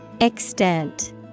Extent